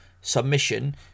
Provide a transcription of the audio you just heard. submission